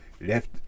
left